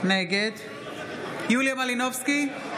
נגד יוליה מלינובסקי,